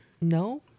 No